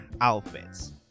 outfits